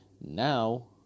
Now